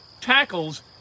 Tackles